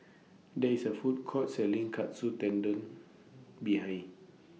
There IS A Food Court Selling Katsu Tendon behind